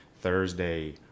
Thursday